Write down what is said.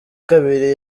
kabiri